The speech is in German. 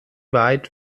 weit